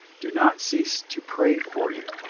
do not cease to pray for you,